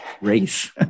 race